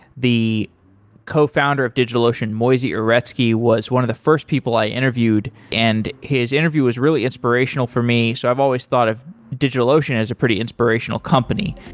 the cofounder of digitalocean, moisey uretsky, was one of the first people i interviewed, and his interview was really inspirational for me. so i've always thought of digitalocean as a pretty inspirational company.